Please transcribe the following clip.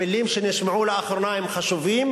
המלים שנשמעו לאחרונה הן חשובות,